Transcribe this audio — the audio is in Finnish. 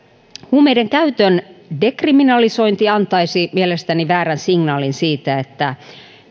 huumeidenkäytön dekriminalisointi antaisi mielestäni sen väärän signaalin että